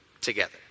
together